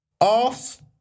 off